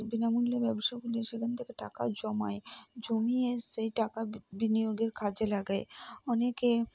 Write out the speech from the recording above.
বিনামূল্যে ব্যবসা খুলে সেখান থেকে টাকা জমায় জমিয়ে সেই টাকা বি বিনিয়োগের কাজে লাগায় অনেকে